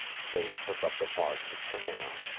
they took up the march at command,